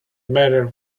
matter